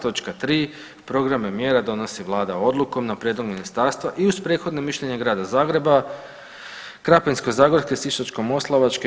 Točka 3. Programe mjera donosi Vlada odlukom na prijedlog ministarstva i uz prethodno mišljenje grada Zagreba, Krapinsko-zagorske, Sisačko-moslavačke i